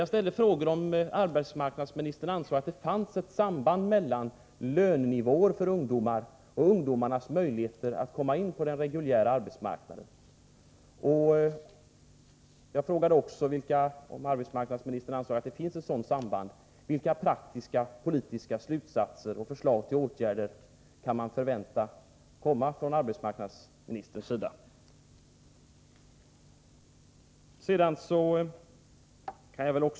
Jag ställde frågan om arbetsmarknadsministern ansåg att det finns ett samband mellan lönenivån för ungdomar och ungdomarnas möjligheter att komma in på den reguljära arbetsmarknaden. Jag undrade också vilka praktiska och politiska slutsatser hon i så fall drar och vilka förslag till åtgärder som vi kan förvänta oss från arbetsmarknadsministerns sida.